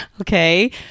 Okay